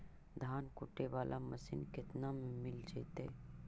धान कुटे बाला मशीन केतना में मिल जइतै?